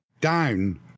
down